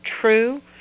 true